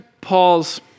Paul's